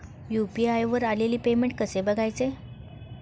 UPI वर आलेले payment कसे बघायचे?